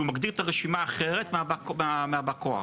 שהוא מגדיר את הרשימה אחרת מבא כוח.